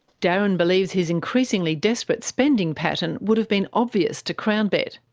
darren believes his increasingly desperate spending pattern would have been obvious to crownbet.